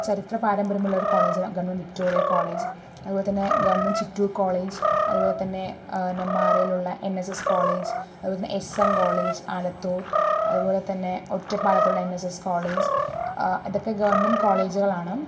ചരിത്ര പാരമ്പര്യമുള്ള ഒരു കോളേജാണ് ഗവണ്മെന്റ് വിക്ടോറിയ കോളേജ് അതുപോലെതന്നെ ഗവൺമെന്റ് ചിറ്റൂര് കോളേജ് അതുപോലെത്തന്നെ നെന്മാറയില് ഉള്ള എന് എസ് എസ് കോളേജ് അതുപോലെത്തന്നെ എസ് എന് കോളേജ് ആലത്തൂര് അതുപോലെത്തന്നെ ഒറ്റപ്പാലത്തുള്ള എന് എസ് എസ് കോളേജ് ഇതൊക്കെ ഗവണ്മെന്റ് കോളേജുകള് ആണ്